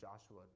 Joshua